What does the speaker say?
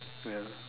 ya